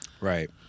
right